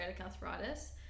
arthritis